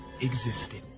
existed